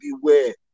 beware